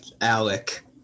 Alec